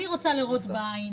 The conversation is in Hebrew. אני רוצה לראות בעין,